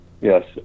Yes